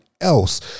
else